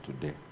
today